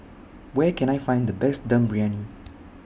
Where Can I Find The Best Dum Briyani